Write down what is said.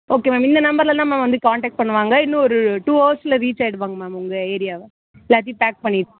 okay ma'am இந்த நம்பரில்தான் ma'am வந்து கான்டெக்ட் பண்ணுவாங்க இன்னும் ஒரு டூ ஹவர்ஸில் ரீச் ஆயிடுவாங்க மேம் உங்கள் ஏரியாவை எல்லாத்தையும் பேக் பண்ணிவிட்டு